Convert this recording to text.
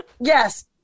Yes